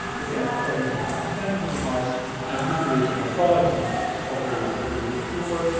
you can quite easily transplant them to mice and recreate the morphology of a. of a real tumor.